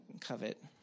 covet